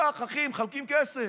קח, אחי, מחלקים כסף.